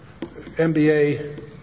MBA